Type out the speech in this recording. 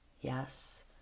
yes